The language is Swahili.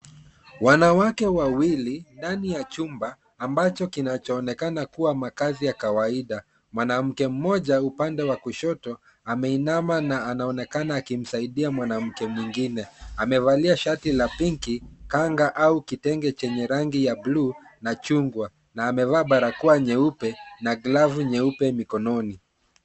Wanawake wawili ndani ya chumba ambacho kinachoonekana kuwa makazi ya kawaida. Mwanamke mmoja upande wa kushoto ameinama na anaonekana akimsaidia mwanamke mwingine. Amevalia shati la pinki, kanga au kitenge chenye rangi ya bluu na chungwa na amevaa barakoa nyeupe na glavu nyeupe mikononi.